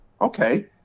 Okay